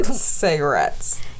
cigarettes